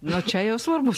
nu čia jau svarbus